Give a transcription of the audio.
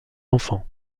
enfants